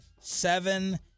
seven